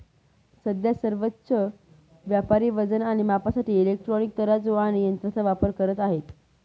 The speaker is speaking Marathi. सध्या सर्वच व्यापारी वजन आणि मापासाठी इलेक्ट्रॉनिक तराजू आणि यंत्रांचा वापर करत आहेत